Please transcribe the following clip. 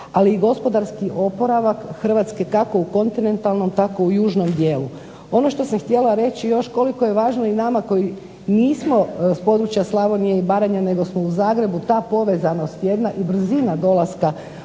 ali gospodarski oporavak Hrvatske, kako u kontinentalnom tako i u južnom dijelu. Ono što sam htjela reći još koliko je važno i nama koji nismo s područja Slavonije i Baranje nego smo u Zagrebu ta povezanost jedna i brzina dolaska